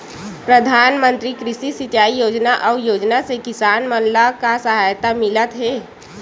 प्रधान मंतरी कृषि सिंचाई योजना अउ योजना से किसान मन ला का सहायता मिलत हे?